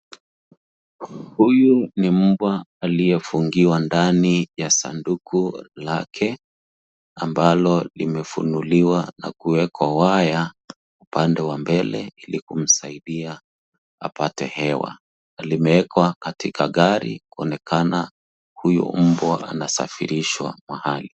Huyu ni mbwa aliyefungiwa ndani ya sanduku lake, ambalo limefunuliwa na kuwekwa waya upande wa mbele, ili kumsaidia apate hewa. Limewekwa katika gari kuonesha, huyu mbwa anasafirishwa mahali.